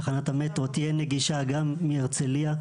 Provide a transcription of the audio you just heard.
תחנת המטרו תהיה נגישה גם מהרצליה,